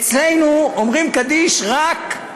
אצלנו אומרים קדיש רק,